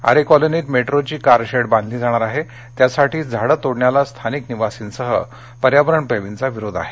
आरे कॉलनीत मेट्रोची car shed बांधली जाणार आहे त्यासाठी झाडं तोडण्याला स्थानिक निवासींसह पर्यावरणप्रेर्मीचा विरोध आहे